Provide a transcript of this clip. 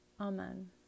Amen